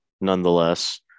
nonetheless